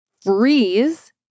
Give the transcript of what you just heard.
freeze